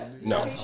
No